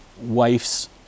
wife's